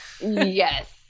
Yes